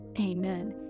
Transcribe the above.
Amen